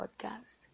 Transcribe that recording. podcast